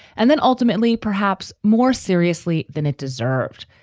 and then ultimately, perhaps more seriously than it deserved,